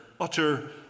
utter